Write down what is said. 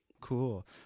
cool